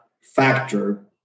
Factor